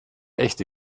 echte